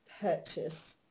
purchase